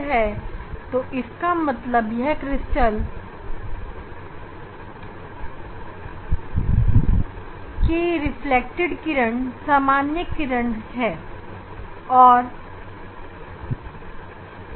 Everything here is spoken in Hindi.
इंसीडेंट प्लेन का मतलब उस प्लेन से होता है जिसमें रिफ्लेक्टेड प्रकाश इंसिडेंट प्रकाश नॉर्मल शामिल होती है